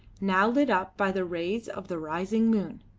now lit up by the rays of the rising moon.